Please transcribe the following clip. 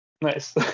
Nice